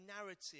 narrative